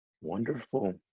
Wonderful